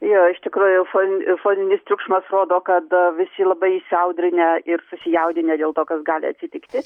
jo iš tikrųjų fon foninis triukšmas rodo kad visi labai įsiaudrinę ir susijaudinę dėl to kas gali atsitikti